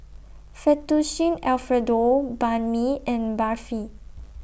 Fettuccine Alfredo Banh MI and Barfi